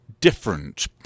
different